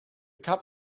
cup